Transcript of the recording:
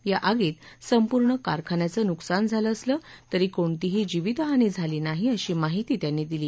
या आगीत संपूर्ण कारखान्याचं नुकसान झालं असलं तरी कोणतीही जीवितहानी झाली नाही अशी माहिती त्यांनी दिली